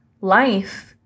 Life